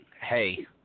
hey